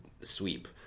sweep